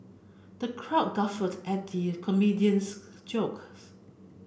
the crowd guffawed at the comedian's jokes